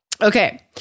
Okay